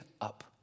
up